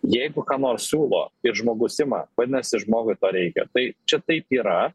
jeigu ką nors siūlo ir žmogus ima vadinasi žmogui to reikia tai čia taip yra